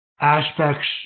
aspects